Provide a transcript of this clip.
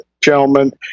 gentlemen